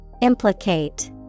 Implicate